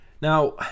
now